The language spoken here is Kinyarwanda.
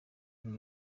kuri